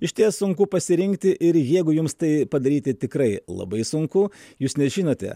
išties sunku pasirinkti ir jeigu jums tai padaryti tikrai labai sunku jūs nežinote